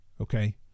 Okay